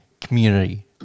community